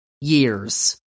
years